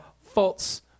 false